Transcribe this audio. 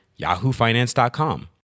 yahoofinance.com